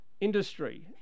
industry